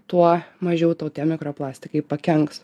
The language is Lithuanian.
tuo mažiau tau tie mikro plastikai pakenks